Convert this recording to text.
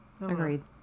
Agreed